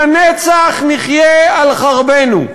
לנצח נחיה על חרבנו.